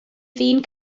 ddyn